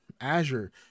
Azure